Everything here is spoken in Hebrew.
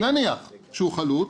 נניח שהוא חלוט.